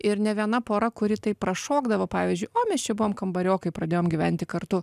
ir ne viena pora kuri taip prašokdavo pavyzdžiui o mes čia buvom kambariokai pradėjom gyventi kartu